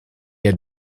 had